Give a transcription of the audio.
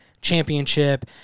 championship